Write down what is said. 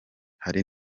hari